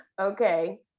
Okay